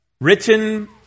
written